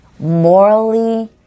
morally